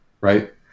right